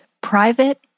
Private